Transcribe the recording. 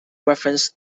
references